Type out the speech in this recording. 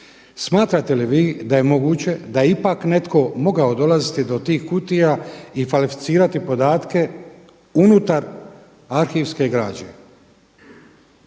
Smatrate li vi da je moguće da je ipak netko mogao dolaziti do tih kutija i falsificirati podatke unutar arhivske građe?